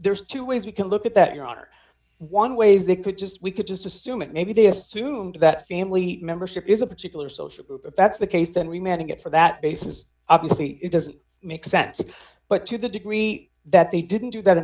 there's two ways we can look at that your honor one ways they could just we could just assume that maybe they assumed that family membership is a particular social group that's the case then we manage it for that basis obviously it doesn't make sense but to the degree that they didn't do that